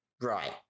Right